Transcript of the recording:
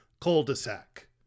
cul-de-sac